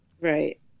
Right